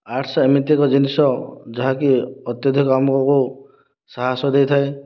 arts ଏମିତି ଏକ ଜିନିଷ ଯାହାକି ଅତ୍ୟଧିକ ଆମକୁ ସାହସ ଦେଇଥାଏ